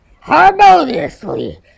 harmoniously